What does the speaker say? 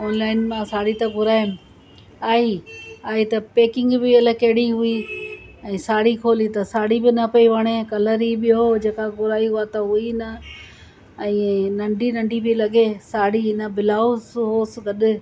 online मां साड़ी त घुरायमि आई आई त पेकिंग बि अलाए कहिड़ी हुई ऐं साड़ी खोली त साड़ी बि न पेई वणे कलर ई ॿियों जेका घुराई उहा त हुई न ऐं नंढी नंढी पेई लॻे साड़ी न ब्लाउज़ होसि गॾु